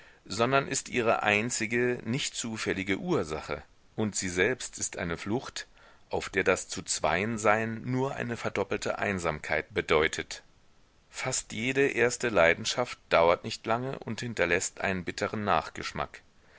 sondern ist ihre einzige nicht zufällige ursache und sie selbst ist eine flucht auf der das zuzweiensein nur eine verdoppelte einsamkeit bedeutet fast jede erste leidenschaft dauert nicht lange und hinterläßt einen bitteren nachgeschmack